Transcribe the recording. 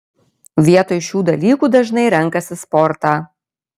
vietoj šių dalykų dažnai renkasi sportą